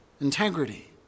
integrity